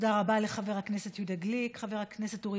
תודה רבה לחבר הכנסת יהודה גליק.